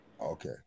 Okay